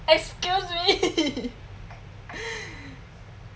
excuse me